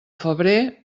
febrer